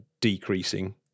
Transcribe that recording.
decreasing